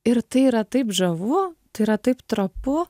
ir tai yra taip žavu tai yra taip trapu